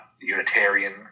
Unitarian